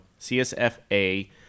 CSFA